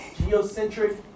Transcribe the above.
Geocentric